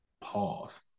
Pause